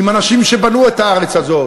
עם אנשים שבנו את הארץ הזאת.